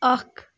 اکھ